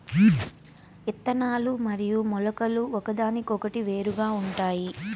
ఇత్తనాలు మరియు మొలకలు ఒకదానికొకటి వేరుగా ఉంటాయి